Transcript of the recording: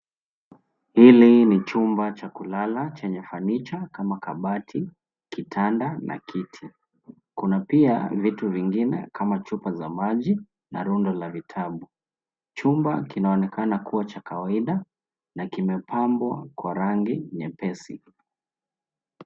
Hili ni chumba cha kulala chenye fanicha kama kabati, kitanda na kiti. Kuna pia vitu vingine kama chupa za maji, na rundo la vitabu. Chumba kinaonekana kuwa cha kawaida na kimepambwa kwa rangi nyepesi.